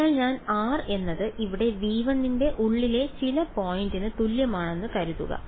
അതിനാൽ ഞാൻ r എന്നത് ഇവിടെ V1 ന്റെ ഉള്ളിലെ ചില പോയിന്റിന് തുല്യമാണെന്ന് കരുതുക